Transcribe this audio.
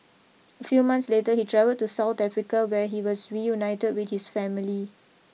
a few months later he travelled to South Africa where he was reunited with his family